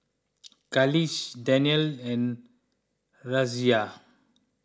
Khalish Danial and Raisya